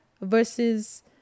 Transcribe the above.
Versus